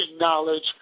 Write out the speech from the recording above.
knowledge